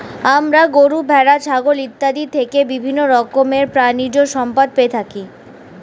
আমরা গরু, ভেড়া, ছাগল ইত্যাদি থেকে বিভিন্ন রকমের প্রাণীজ সম্পদ পেয়ে থাকি